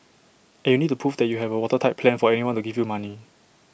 and you need to prove that you have A watertight plan for anyone to give you money